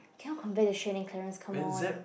you cannot compare to Sean and Clarence come on